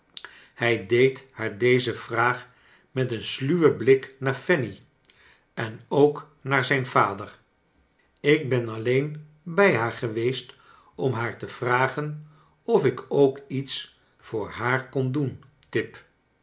hij deed haar deze vraag met een sluwen blik naar fanny en ook naar zij n vader ik ben alleen bij haar geweest om haar te vragen of ik ook iets voor haar kon doen tip